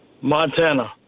Montana